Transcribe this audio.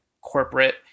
corporate